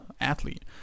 athlete